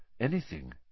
anything